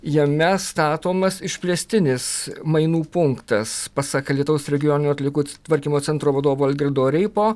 jame statomas išplėstinis mainų punktas pasak alytaus regioninio atliekų tvarkymo centro vadovo algirdo reipo